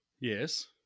Yes